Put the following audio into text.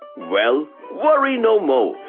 well, worry no more,